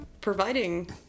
providing